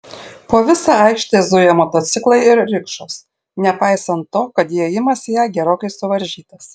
po visą aikštę zuja motociklai ir rikšos nepaisant to kad įėjimas į ją gerokai suvaržytas